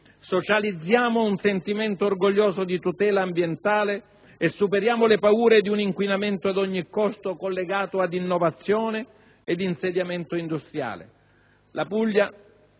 Socializziamo un sentimento orgoglioso di tutela ambientale e superiamo le paure di un inquinamento ad ogni costo collegato ad innovazione e insediamento industriale. La Puglia,